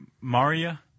Maria